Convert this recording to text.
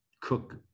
cook